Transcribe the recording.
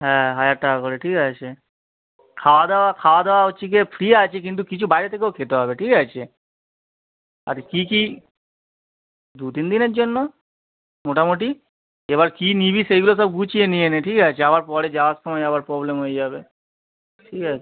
হ্যাঁ হাজার টাকা করে ঠিক আছে খাওয়া দাওয়া খাওয়া দাওয়া হচ্ছে গিয়ে ফ্রি আছে কিন্তু কিছু বাইরে থেকেও খেতে হবে ঠিক আছে আর কী কী দু তিন দিনের জন্য মোটামোটি এবার কী নিবি সেইগুলো সব গুছিয়ে নিয়ে নে ঠিক আছে আবার পরে যাওয়ার সমায় আবার প্রবলেম হয়ে যাবে ঠিক আছে